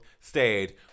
stayed